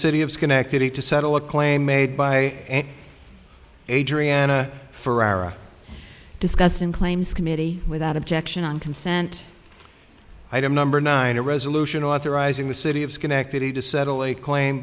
city of schenectady to settle a claim made by adriana ferrara discussed in claims committee without objection on consent item number nine a resolution authorizing the city of schenectady to settle a claim